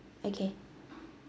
okay